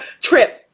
trip